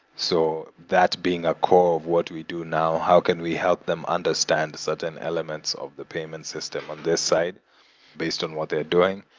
so that, being a core of what we do now, how can we help them understand certain elements of the payment system on this side based on what they're doing?